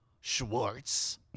Schwartz